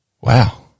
Wow